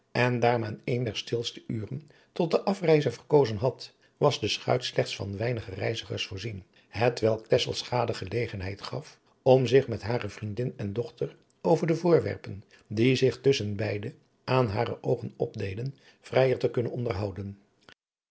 en daar men een der stilste uren tot de afreize verkozen had was de schuit slechts van weinige reizigers voorzien hetwelk tesselschade gelegenheid gaf om zich met hare vriendin en dochter over de voorwerpen die zich tusschen beide aan hare oogen opdeden vrijer te kunnen onderhouden